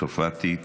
צרפתי הרכבי,